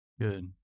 good